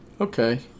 Okay